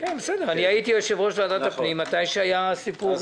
הייתי יושב-ראש ועדת הפנים מתי שהיה הסיפור.